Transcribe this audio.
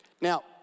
Now